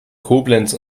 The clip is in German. koblenz